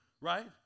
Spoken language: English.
right